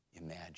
imagine